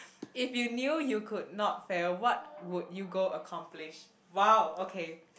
if you knew you could not fail what would you go accomplish !wow! okay